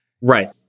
Right